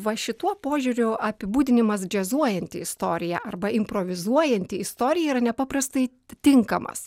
va šituo požiūriu apibūdinimas džiazuojanti istorija arba improvizuojanti istorija yra nepaprastai tinkamas